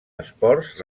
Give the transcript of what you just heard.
esports